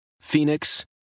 Phoenix